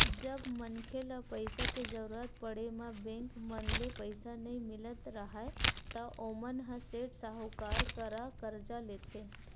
जब मनखे ल पइसा के जरुरत पड़े म बेंक मन ले पइसा नइ मिलत राहय ता ओमन ह सेठ, साहूकार करा करजा लेथे